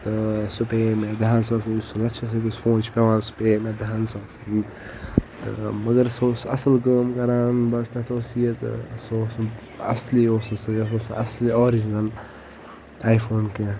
تہٕ سُہ پیٚیے مےٚ دَہن ساسن یُس لَچھس رۄپیس فون چھُ پٮ۪وان سُہ پیٚیے مےٚ دَہن ساسن تہٕ مگر سُہ اوس اصل کٲم کران بٹ تتھ اوس یہِ زِ سُہ اوس نہٕ اصلی اوس نہٕ سُہ اصلی آرجنل آی فون کینٛہہ